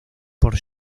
por